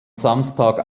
samstag